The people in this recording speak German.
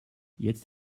jetzt